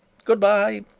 good-bye,